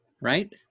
right